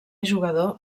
jugador